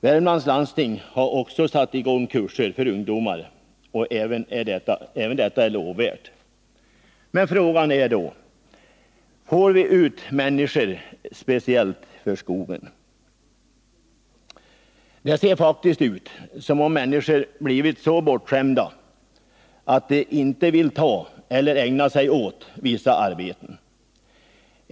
Värmlands landsting har också satt i gång kurser för ungdom. Även detta är lovvärt. Men frågan är: Får vi över huvud taget ut människor i skogsarbete? Det ser faktiskt ut som om människor blivit så bortskämda att de inte vill ta eller ägna sig åt vissa arbeten.